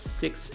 six